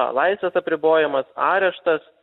laisvės apribojimas areštas